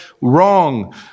wrong